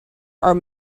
are